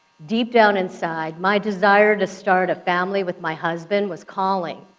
deep down inside, my desire to start a family with my husband was calling,